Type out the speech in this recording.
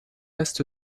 est